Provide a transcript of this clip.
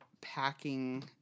packing